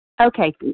Okay